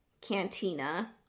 Cantina